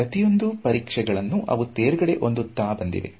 ಹಾಗಾಗಿ ಪ್ರತಿಯೊಂದು ಪರೀಕ್ಷೆಗಳನ್ನು ಅವು ತೇರ್ಗಡೆ ಹೊಂದುತ್ತಾ ಬಂದಿದೆ